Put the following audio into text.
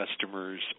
customers